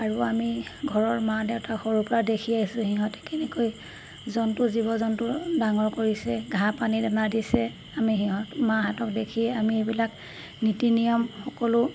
আৰু আমি ঘৰৰ মা দেউতাক সৰুৰপৰা দেখি আছোঁ সিহঁতে কেনেকৈ জন্তু জীৱ জন্তু ডাঙৰ কৰিছে ঘাঁহ পানী দানা দিছে আমি সিহঁত মাহঁতক দেখিয়ে আমি এইবিলাক নীতি নিয়ম সকলো